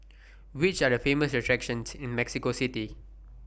Which Are The Famous attractions in Mexico City